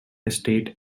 estate